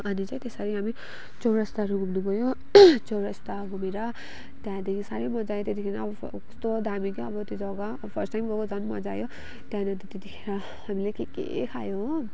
अनि चाहिँ त्यसरी हामी चौरास्ताहरू घुम्नु गयो चौरास्ता घुमेर त्यहाँदेखि साह्रै मज्जा आयो त्यहाँदेखि अब कस्तो दामी क्या अब त्यो जग्गा फर्स्ट टाइम गएको झन मज्जा आयो त्यहाँदेखि अन्त त्यतिखेर हामीले के के खायो हो